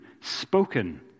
spoken